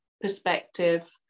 perspective